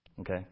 okay